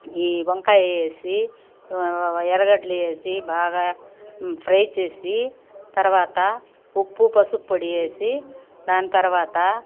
ఈ వంకాయ వేసి వ ఎర్రగడ్డలు వేసి బాగా ఫ్రై చేసి తర్వాత ఉప్పు పసుపొడి వేసి దాని తర్వాత